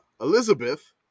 Elizabeth